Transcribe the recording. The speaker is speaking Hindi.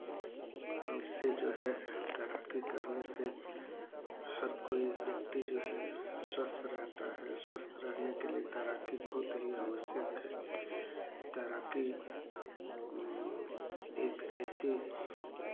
उससे जो है तैराकी करने से हर कोई व्यक्ति जो है स्वस्थ रहता है स्वस्थ रहने के लिए तैराकी बहुत ही आवश्यक है तैराकी एक ऐसी